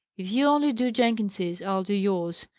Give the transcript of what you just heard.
if you only do jenkins's, i'll do yours,